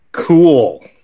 cool